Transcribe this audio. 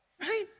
Right